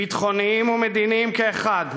ביטחוניים ומדיניים כאחד,